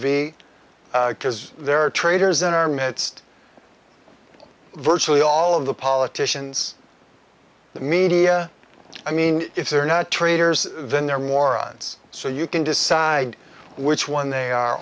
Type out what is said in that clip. because there are traitors in our midst virtually all of the politicians the media i mean if they're not traitors then they're morons so you can decide which one they are